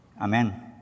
Amen